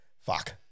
fuck